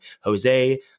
Jose